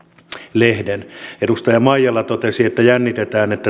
lehden edustaja maijala totesi että jännitetään